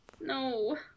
No